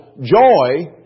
joy